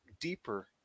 deeper